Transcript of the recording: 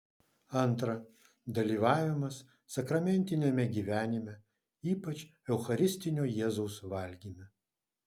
antra dalyvavimas sakramentiniame gyvenime ypač eucharistinio jėzaus valgyme